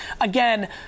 Again